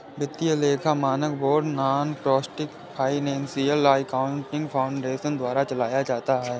वित्तीय लेखा मानक board nonprofit financial accounting foundation द्वारा चलाया जाता है